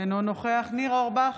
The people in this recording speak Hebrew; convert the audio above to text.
אינו נוכח ניר אורבך,